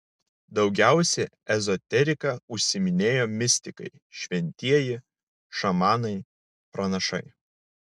daugiausiai ezoterika užsiiminėjo mistikai šventieji šamanai pranašai